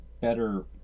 better